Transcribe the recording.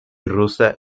rusa